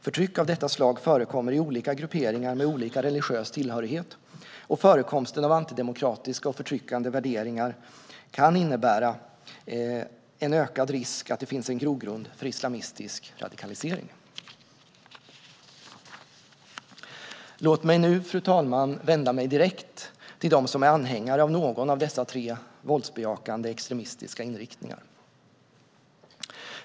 Förtryck av detta slag förekommer i olika grupperingar med olika religiös tillhörighet, och förekomsten av antidemokratiska och förtryckande värderingar kan innebära en ökad risk för en grogrund för islamistisk radikalisering. Fru talman! Låt mig nu vända mig direkt till dem som är anhängare av någon av dessa tre våldsbejakande, extremistiska inriktningar.